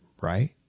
right